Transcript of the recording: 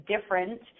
different